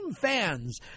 fans